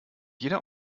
jeder